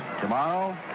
Tomorrow